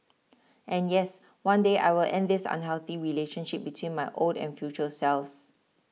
and yes one day I will end this unhealthy relationship between my old and future selves